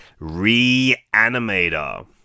Reanimator